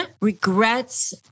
regrets